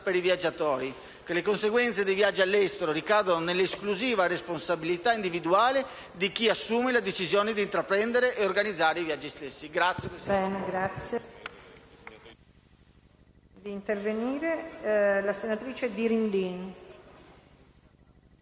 per i viaggiatori): le conseguenze dei viaggi all'estero ricadono nell'esclusiva responsabilità individuale di chi assume la decisione di intraprendere o di organizzare i viaggi stessi.